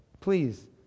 Please